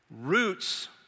roots